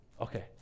Okay